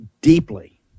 deeply